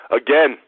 Again